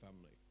family